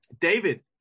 David